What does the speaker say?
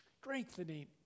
strengthening